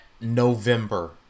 November